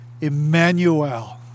Emmanuel